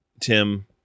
Tim